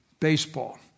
baseball